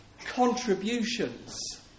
contributions